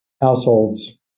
households